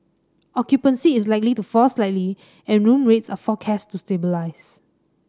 occupancy is likely to fall slightly and room rates are forecast to stabilise